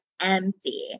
empty